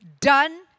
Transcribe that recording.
done